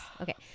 Okay